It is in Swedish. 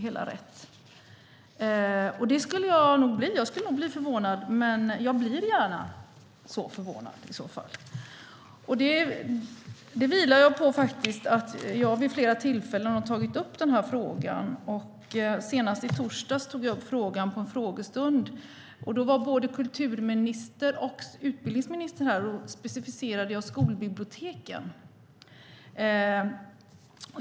Jag skulle nog bli förvånad, men det blir jag gärna i så fall. Det baserar jag på att jag vid flera tillfällen har tagit upp frågan. Senast i torsdags tog jag upp frågan vid en frågestund. Då var både kulturministern och utbildningsministern här, och då specificerade jag med skolbiblioteken.